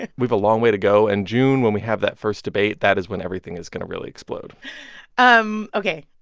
and we've a long way to go. in and june, when we have that first debate, that is when everything is going to really explode um ok,